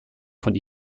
von